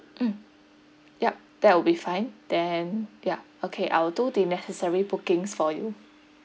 mm yup that will be fine then yeah okay I will do the necessary bookings for you